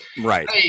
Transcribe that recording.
Right